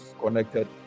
connected